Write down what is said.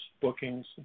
bookings